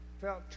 felt